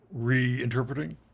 reinterpreting